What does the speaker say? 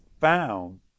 found